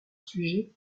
sujets